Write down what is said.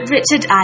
Richard